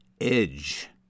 Edge